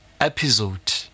episode